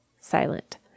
silent